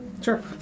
Sure